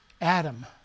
Adam